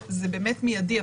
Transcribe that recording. זה באמת מידי.